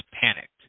panicked